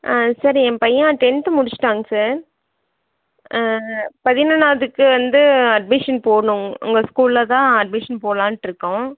sir என் பையன் அவன் டென்த்து முடிச்சிவிட்டாங்க சார் ஆ ஆ பதினொன்னாவதுக்கு வந்து அட்மிஷன் போடணும் உங்கள் ஸ்கூலில் தான் அட்மிஷன் போடலான்ட்டுருக்கோம்